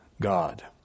God